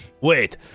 wait